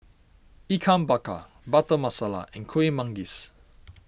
Ikan Bakar Butter Masala and Kuih Manggis